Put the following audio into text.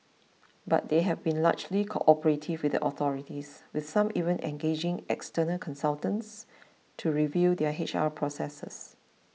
but they have been largely cooperative with the authorities with some even engaging external consultants to review their H R processes